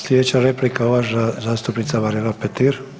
Slijedeća replika, uvažena zastupnica Marijana Petir.